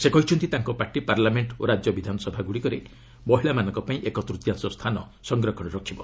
ସେ କହିଛନ୍ତି ତାଙ୍କ ପାର୍ଟି ପାର୍ଲାମେଣ୍ଟ ଓ ରାଜ୍ୟ ବିଧାନସଭାଗୁଡ଼ିକରେ ମହିଳାମାନଙ୍କ ପାଇଁ ଏକ ତୂତୀୟାଂଶ ସ୍ଥାନ ସଂରକ୍ଷଣ ରଖିବ